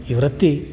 ಈ ವೃತ್ತಿ